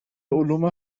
علوم